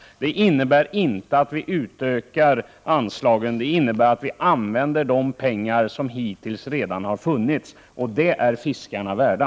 Det innebär inte att vi utökar anslagen. Det innebär att vi använder de pengar som hittills redan har funnits. Det är fiskarna värda.